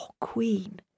Queen